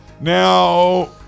Now